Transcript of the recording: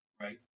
right